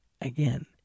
again